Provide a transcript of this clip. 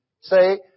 Say